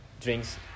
drinks